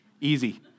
Easy